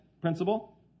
principle